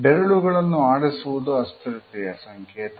ಬೆರಳುಗಳನ್ನು ಆಡಿಸುವುದು ಆಸ್ಥಿರತೆಯ ಸಂಕೇತ